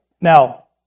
Now